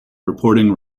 reporting